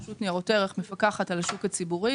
הרשות לניירות ערך מפקחת על השוק הציבורי,